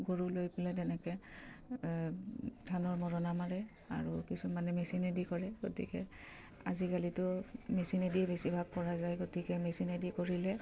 গৰু লৈ পেলাই তেনেকে ধানৰ মৰণা মাৰে আৰু কিছুমানে মেচিনেদি কৰে গতিকে আজিকালিতো মেচিনেদি বেছিভাগ কৰা যায় গতিকে মেচিনেদি কৰিলে